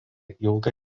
ilgą